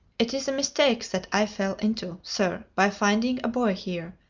it is a mistake that i fell into, sir, by finding a boy here,